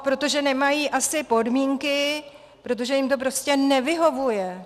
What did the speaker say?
Protože nemají asi podmínky, protože jim to prostě nevyhovuje.